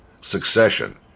Succession